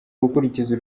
gukurikiza